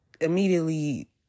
immediately